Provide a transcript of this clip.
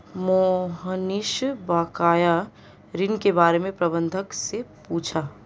मोहनीश बकाया ऋण के बारे में प्रबंधक से पूछा